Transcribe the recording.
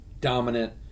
Dominant